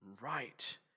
right